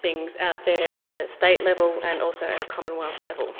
things out there at a state level and also at a commonwealth level.